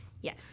Yes